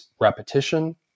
repetition